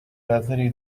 نظری